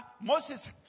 Moses